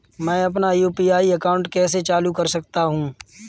मैं अपना UPI account कैसे चालू कर सकता हूँ?